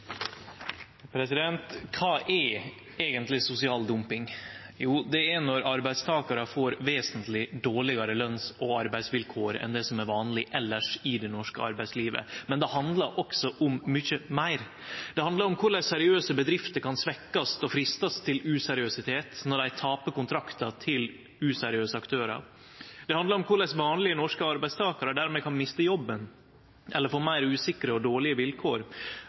eigentleg sosial dumping? Jo, det er når arbeidstakarar får vesentleg dårlegare løns- og arbeidsvilkår enn det som er vanleg elles i det norske arbeidslivet. Men det handlar også om mykje meir. Det handlar om korleis seriøse bedrifter kan svekkjast og freistast til useriøsitet når dei tapar kontraktar til useriøse aktørar. Det handlar om korleis vanlege norske arbeidstakarar dermed kan miste jobben eller få meir usikre og dårlege vilkår,